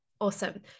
awesome